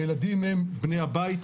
הילדים הם בני הבית,